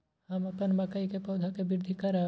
हम अपन मकई के पौधा के वृद्धि करब?